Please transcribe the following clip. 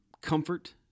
Comfort